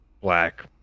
black